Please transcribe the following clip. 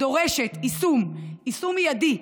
דורשת יישום מיידי,